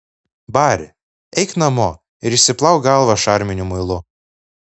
bari eik namo ir išsiplauk galvą šarminiu muilu